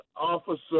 Officer